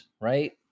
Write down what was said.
right